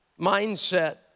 mindset